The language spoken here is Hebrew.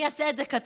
אני אעשה את זה קצר.